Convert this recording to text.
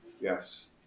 Yes